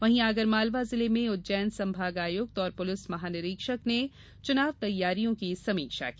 वहीं आगरमालवा जिले में उज्जैन संभाग आयुक्त और पुलिस महानिरीक्षक ने चुनाव तैयारियों की समीक्षा की